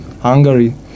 Hungary